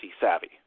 savvy